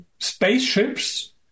spaceships